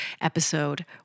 episode